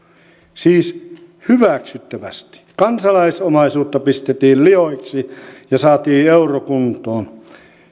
siis hyväksyttävästi kansalaisomaisuutta pistettiin lihoiksi ja saatiin eurokuntoon